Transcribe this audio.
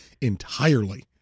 entirely